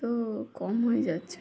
তো কম হয়ে যাচ্ছে